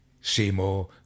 Seymour